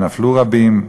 ונפלו רבים,